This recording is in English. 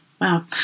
Wow